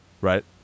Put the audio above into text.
right